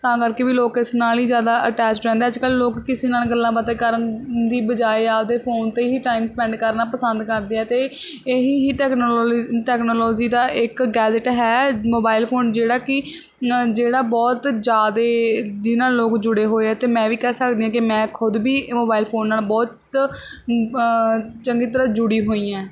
ਤਾਂ ਕਰਕੇ ਵੀ ਲੋਕ ਇਸ ਨਾਲ ਹੀ ਜ਼ਿਆਦਾ ਅਟੈਚਡ ਰਹਿੰਦਾ ਅੱਜ ਕੱਲ੍ਹ ਲੋਕ ਕਿਸੇ ਨਾਲ ਗੱਲਾਂ ਬਾਤਾਂ ਕਰਨ ਦੀ ਬਜਾਏ ਆਪਦੇ ਫੋਨ 'ਤੇ ਹੀ ਟਾਈਮ ਸਪੈਂਡ ਕਰਨਾ ਪਸੰਦ ਕਰਦੇ ਆ ਅਤੇ ਇਹੀ ਹੀ ਟੈਕਨੋਲ ਟੈਕਨੋਲੋਜੀ ਦਾ ਇੱਕ ਗੈਜਟ ਹੈ ਮੋਬਾਇਲ ਫੋਨ ਜਿਹੜਾ ਕਿ ਨ ਜਿਹੜਾ ਬਹੁਤ ਜ਼ਿਆਦਾ ਜਿਹਦੇ ਨਾਲ ਲੋਕ ਜੁੜੇ ਹੋਏ ਆ ਅਤੇ ਮੈਂ ਵੀ ਕਹਿ ਸਕਦੀ ਹਾਂ ਕਿ ਮੈਂ ਖੁਦ ਵੀ ਮੋਬਾਇਲ ਫੋਨ ਨਾਲ ਬਹੁਤ ਚੰਗੀ ਤਰ੍ਹਾਂ ਜੁੜੀ ਹੋਈ ਐਂ